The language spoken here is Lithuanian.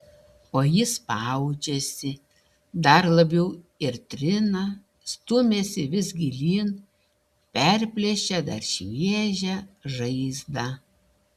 o jis spaudžiasi dar labiau ir trina stumiasi vis gilyn perplėšia dar šviežią žaizdą